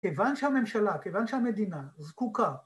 כיוון שהממשלה, כיוון שהמדינה זקוקה